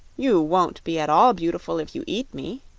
you won't be at all beautiful if you eat me,